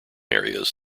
areas